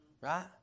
Right